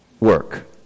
Work